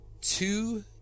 two